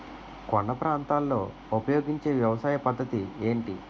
కొండ ప్రాంతాల్లో ఉపయోగించే వ్యవసాయ పద్ధతి ఏంటి?